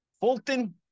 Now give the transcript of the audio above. Fulton